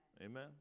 Amen